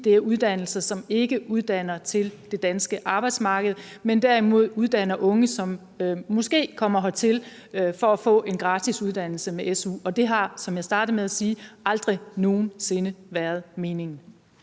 det er uddannelser, som ikke uddanner til det danske arbejdsmarked, men derimod uddanner unge, som måske kommer hertil for at få en gratis uddannelse med SU. Og det har, som jeg startede med at sige, aldrig nogen sinde været meningen.